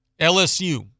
LSU